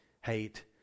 hate